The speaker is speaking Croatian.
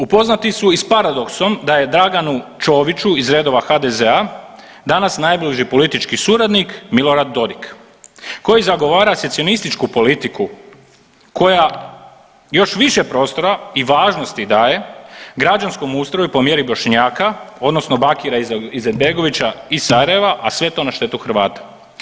Upoznati su i s paradoksom da je Draganu Ćoviću iz redova HDZ-a danas najbliži politički suradnik Milorad Dodik, koji zagovara secionističku politiku koja još više prostora i važnosti daje građanskom ustroju po mjeri Bošnjaka odnosno Bakira Izetbegovića iz Sarajeva, a sve to na štetu Hrvata.